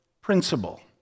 principle